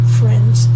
friends